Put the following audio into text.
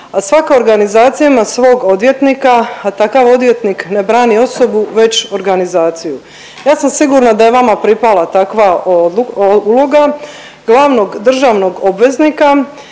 svaka organizacija ima svog odvjetnika, a takav odvjetnik ne brani osobu već organizaciju. Ja sam sigurna da je vama pripala takva uloga glavnog državnog obveznika